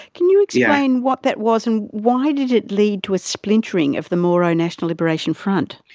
can you explain what that was and why did it lead to a splintering of the moro national liberation front?